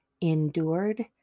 endured